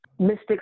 Mystics